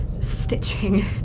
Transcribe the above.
stitching